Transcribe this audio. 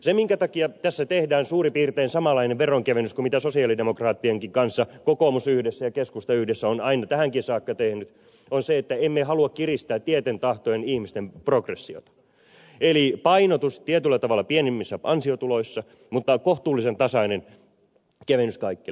syy minkä takia tässä tehdään suurin piirtein samanlainen veronkevennys kuin mitä sosialidemokraattienkin kanssa kokoomus yhdessä ja keskusta yhdessä on aina tähänkin saakka tehnyt on se että emme halua kiristää tieten tahtoen ihmisten progressiota eli painotus tietyllä tavalla pienimmissä ansiotuloissa mutta kohtuullisen tasainen kevennys kaikille